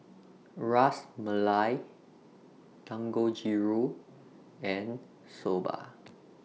Ras Malai Dangojiru and Soba